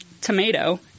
tomato